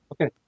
Okay